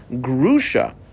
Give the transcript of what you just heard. Grusha